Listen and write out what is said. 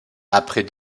après